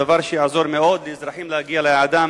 דבר שיעזור מאוד לאזרחים להגיע ליעדם